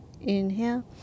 Inhale